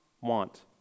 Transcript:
want